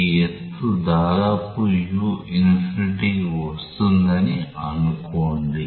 ఈ ఎత్తు దాదాపు u∞ కి వస్తుంది అని అనుకోండి